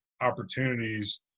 opportunities